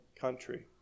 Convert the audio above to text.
country